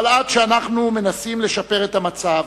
אבל, עד שאנחנו מנסים לשפר את המצב,